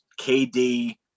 KD